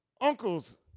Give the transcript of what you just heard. uncle's